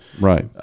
Right